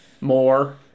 more